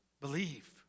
believe